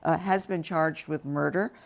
ah has been charged with murder.